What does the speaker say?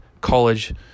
college